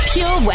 Pure